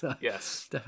yes